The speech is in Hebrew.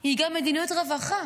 היא גם מדיניות רווחה.